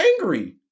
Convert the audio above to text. angry